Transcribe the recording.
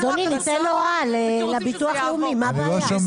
אדוני, ניתן הוראה לביטוח לאומי, מה הבעיה?